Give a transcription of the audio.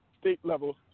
state-level